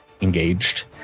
engaged